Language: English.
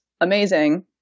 amazing